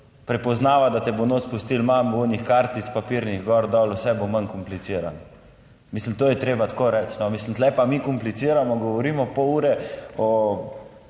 prepoznava, da te bo notri pustili manj onih kartic, papirnih, gor, dol, vse bo manj komplicirano. Mislim, to je treba tako reči, mislim, tu pa mi kompliciramo, govorimo pol ure o,